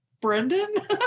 Brendan